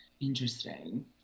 interesting